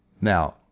Now